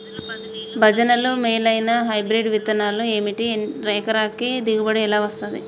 భజనలు మేలైనా హైబ్రిడ్ విత్తనాలు ఏమిటి? ఎకరానికి దిగుబడి ఎలా వస్తది?